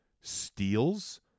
steals